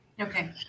Okay